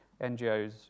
NGOs